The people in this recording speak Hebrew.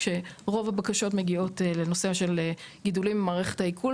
רוב הבקשות מגיעות לגידולים במערכת העיכול